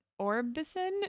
Orbison